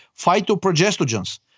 phytoprogestogens